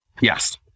Yes